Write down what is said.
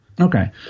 Okay